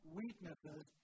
weaknesses